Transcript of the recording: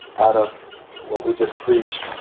out of what we just preached,